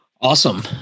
Awesome